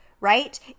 right